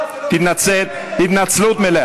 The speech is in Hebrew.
מה, סליחה, צא החוצה.